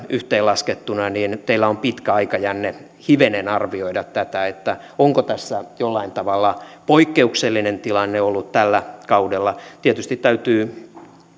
yhteenlaskettuna niin teillä on pitkä aikajänne hivenen arvioida tätä onko tässä jollain tavalla poikkeuksellinen tilanne ollut tällä kaudella tietysti täytyy